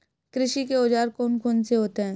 कृषि के औजार कौन कौन से होते हैं?